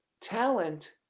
talent